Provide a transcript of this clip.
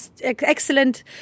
Excellent